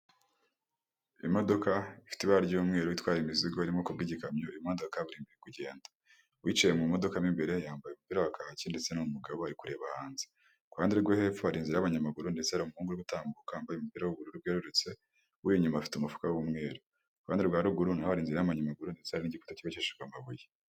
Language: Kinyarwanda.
Imodoka ifite ibara ry'umweru itwara imizigo iri mu bwoko bw'igikamyo iri mu muhanda wa kaburimbo iri kugenda. Uwicaye mu modoka mo imbere yambaye umupira wa kaki ndetse ni umugabo ari kureba hanze. Ku ruhande rwo hepfo hari inzira y'abanyamaguru ndetse hari umuhungu uri gutambuka wambaye umupira w'ubururu bwerurutse, uri inyuma afite umufuka w'umweru. Ku ruhande rwa ruguru naho hari inzira y'amanyamaguru ndetse hari n'igikuta cyubakishijwe amabuye.